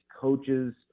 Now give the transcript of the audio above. coaches